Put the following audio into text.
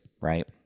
right